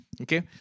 Okay